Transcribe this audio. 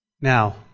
Now